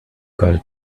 got